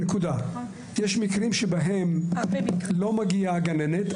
יש מקרים שבהם לא מגיעה הגננת.